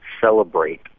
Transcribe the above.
celebrate